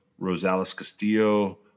Rosales-Castillo